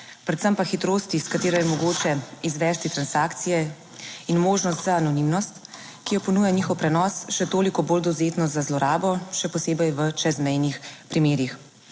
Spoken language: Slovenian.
predvsem pa hitrosti, s katero je mogoče izvesti transakcije, in možnost za anonimnost, ki jo ponuja njihov prenos, še toliko bolj dovzetno za zlorabo, še posebej v čezmejnih primerih.